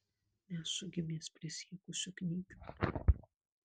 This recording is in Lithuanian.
nesu gimęs prisiekusiu knygium